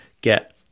get